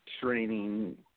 training